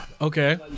Okay